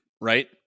right